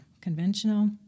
conventional